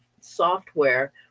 software